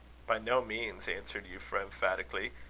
by no means, answered euphra, emphatically,